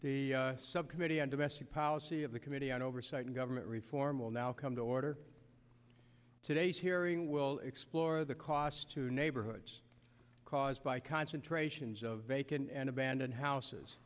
the subcommittee on domestic policy of the committee on oversight and government reform will now come to order today's hearing will explore the costs to neighborhoods caused by concentrations of vacant and abandoned houses